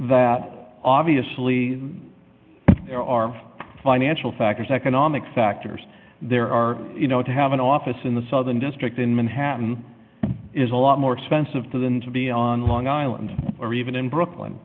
that obviously there are financial factors economic factors there are you know to have an office in the southern district in manhattan is a lot more expensive than to be on long island or even in brooklyn